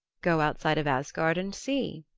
go outside of asgard and see.